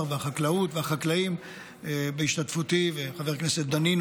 והחקלאות והחקלאים בהשתתפותי ועם חבר הכנסת דנינו.